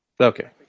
Okay